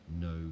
no